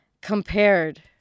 compared